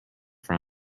from